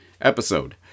episode